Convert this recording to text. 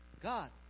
God